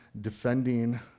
defending